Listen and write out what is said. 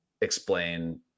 explain